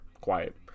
quiet